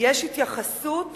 יש התייחסות